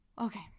Okay